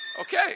Okay